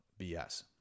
BS